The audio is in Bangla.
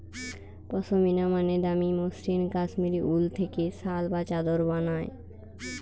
পশমিনা মানে দামি মসৃণ কাশ্মীরি উল থেকে শাল বা চাদর বানায়